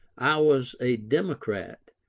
i was a democrat,